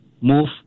move